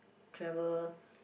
travel